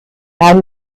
waldorf